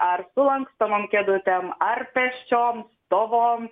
ar sulankstomom kėdutėm ar pėsčiom stovom